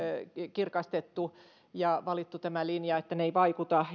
kirkastettu ja valittu tämä linja että ne eivät vaikuta